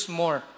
more